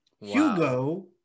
hugo